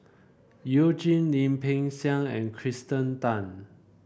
You Jin Lim Peng Siang and Kirsten Tan